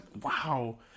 wow